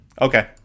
okay